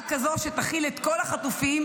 רק כזאת שתכיל את כל החטופים,